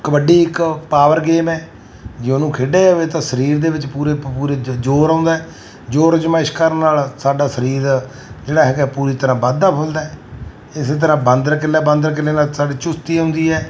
ਕਬੱਡੀ ਇੱਕ power game ਹੈ ਜੇ ਉਹਨੂੰ ਖੇਡਿਆ ਜਾਵੇ ਤਾਂ ਸਰੀਰ ਦੇ ਵਿੱਚ ਪੂਰੇ ਪੂਰੇ ਜ ਜੋਰ ਆਉਂਦਾ ਜੋਰ ਅਜ਼ਮਾਇਸ਼ ਕਰਨ ਨਾਲ ਸਾਡਾ ਸਰੀਰ ਜਿਹੜਾ ਹੈਗਾ ਪੂਰੀ ਤਰ੍ਹਾ ਵੱਧਦਾ ਫੁਲਦਾ ਇਸੇ ਤਰਾਂ ਬਾਂਦਰ ਕਿੱਲਾ ਬਾਂਦਰ ਕਿੱਲੇ ਨਾਲ ਸਾਡੇ ਚੁਸਤੀ ਆਉਂਦੀ ਹੈ